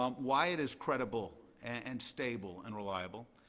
um why it is credible and stable and reliable.